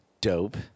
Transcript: dope